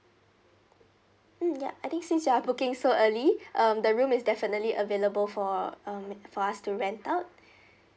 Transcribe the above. mm ya I think since you are booking so early um the room is definitely available for um for us to rent out